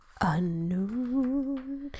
unknown